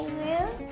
room